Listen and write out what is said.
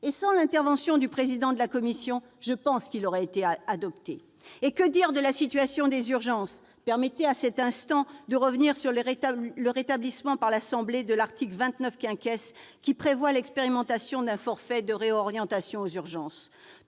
sans l'intervention du président de la commission, cet amendement aurait été adopté. Et que dire de la situation des urgences ? Permettez-moi, à cet instant, de revenir sur le rétablissement par l'Assemblée nationale de l'article 29, qui prévoit l'expérimentation d'un forfait de réorientation aux urgences.